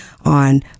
on